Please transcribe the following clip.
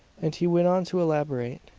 and he went on to elaborate.